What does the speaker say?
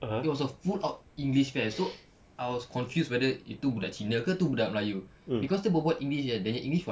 it was a full out english fest so I was confused whether itu budak cina ke tu budak melayu cause dia berbual english kan dia nya english was